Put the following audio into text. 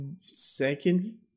second